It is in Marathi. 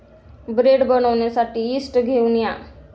ब्रेड बनवण्यासाठी यीस्ट घेऊन या